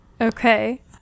Okay